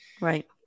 right